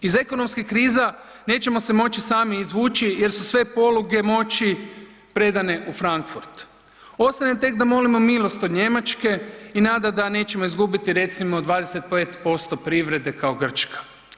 Iz ekonomskih kriza nećemo se moći sami izvući jer su sve poluge moći predane u Frankfurt, ostaje tek da molimo milost od Njemačke i nada da nećemo izgubiti recimo 25% privrede kao Grčka.